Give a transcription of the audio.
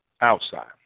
outside